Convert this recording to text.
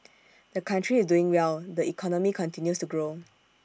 the country is doing well the economy continues to grow